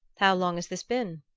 how long has this been?